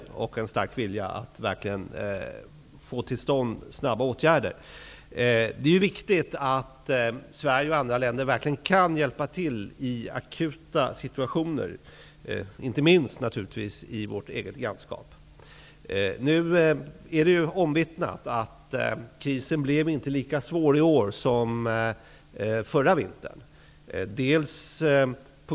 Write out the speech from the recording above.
Det fanns också en stark vilja att verkligen få till stånd snabba åtgärder. Det är viktigt att Sverige och andra länder verkligen kan hjälpa till i akuta situationer, inte minst när det gäller vårt eget grannskap. Det är omvittnat att krisen inte blev lika svår i år som förra vintern.